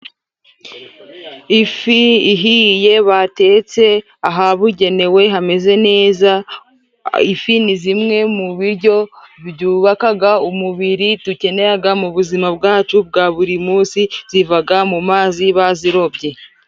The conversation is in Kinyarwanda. Ifi ihiye batetse ahabugenewe hameze neza, ifi ni zimwe mu biryo byubakaga umubiri dukeneraga mu buzima bwacu bwa buri munsi. Zivaga mu mazi bazirobye.